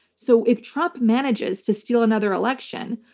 so if trump manages to steal another election,